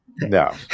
No